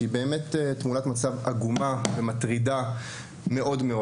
שהיא עגומה ומטרידה מאוד.